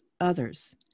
others